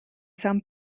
san